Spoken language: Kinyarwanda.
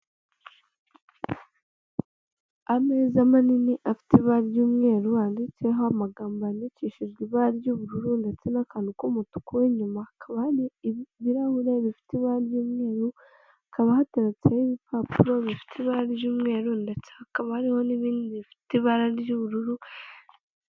Ameza manini afite ibara ry'umweru handitseho amagambo yandikishijwe ibara ry'ubururu ndetse n'akantu k'umutuku w'inyuma, hakaba hari ibirahure bifite ibara ry'umweru, hakaba hataretseho ibipapuro bifite ibara ry'umweru ndetse hakaba hariho n'ibindi bifite ibara ry'ubururu.